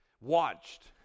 watched